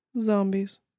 zombies